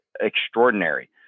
extraordinary